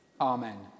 Amen